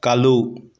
ꯀꯥꯂꯨ